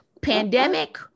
Pandemic